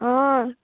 हय